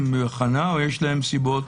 הן בהכנה או שיש להן סיבות